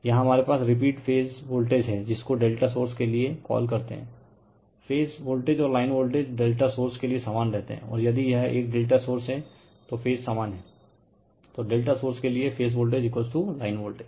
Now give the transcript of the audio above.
यहाँ हमारे पास रिपीट फेज वोल्टेज हैं जिसको ∆ सोर्स के लिए कॉल करते हैं फेज वोल्टेज और लाइन वोल्टेज ∆ सोर्स के लिए समान रहते हैं और यदि यह एक ∆ सोर्स हैं तो फेज समान हैं तो ∆ सोर्स के लिए फेज वोल्टेज लाइन वोल्टेज